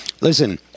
listen